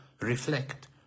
reflect